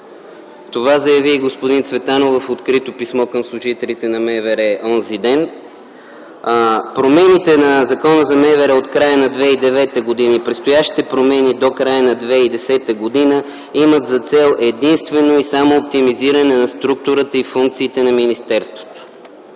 Това заяви и господин Цветанов в открито писмо към служителите на МВР онзи ден. Промените на Закона за МВР от края на 2009 г. и предстоящите промени – до края на 2010 г., имат за цел единствено и само оптимизиране на структурата и функциите на министерството.